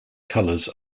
colours